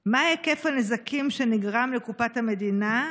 4. מה היקף הנזקים שנגרם לקופת המדינה?